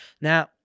now